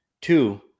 Two